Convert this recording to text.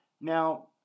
Now